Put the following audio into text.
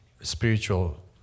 spiritual